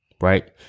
Right